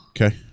Okay